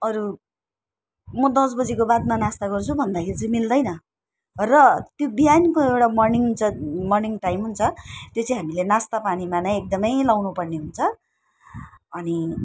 अरू म दस बजीको बादमा नास्ता गर्छु भन्दाखेरि चाहिँ मिल्दैन र त्यो बिहानको एउटा मर्निङ छ मर्निङ टाइम छ त्यो चाहिँ हामीले नास्तापानीमै एकदमै लगाउनुपर्ने हुन्छ अनि